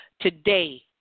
Today